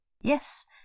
Yes